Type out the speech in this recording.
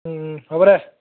হ'ব দে